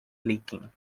leaking